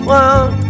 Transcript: one